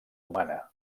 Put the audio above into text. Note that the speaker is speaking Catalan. humana